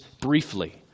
briefly